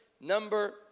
number